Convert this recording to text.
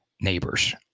Neighbors